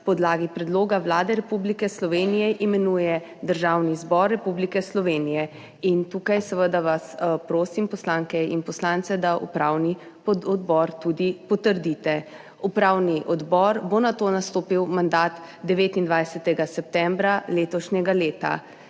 podlagi predloga Vlade Republike Slovenije imenuje Državni zbor Republike Slovenije. In tukaj seveda vas prosim, poslanke in poslance, da upravni odbor tudi potrdite. Upravni odbor bo nato nastopil mandat 29. septembra letošnjega leta.